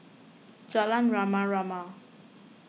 Jalan Rama Rama